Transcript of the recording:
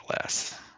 less